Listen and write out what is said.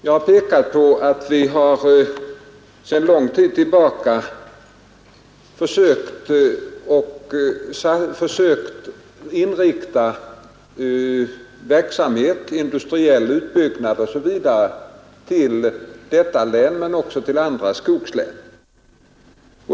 Jag har pekat på att vi sedan lång tid tillbaka har sökt att förlägga verksamhet — industriell utbyggnad osv. — till detta län men också till andra skogslän.